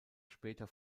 später